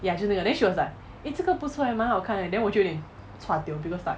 ya 就是那个 then she was like eh 这个不错 eh 蛮好看 then 我就有点 chua tio because like